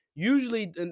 Usually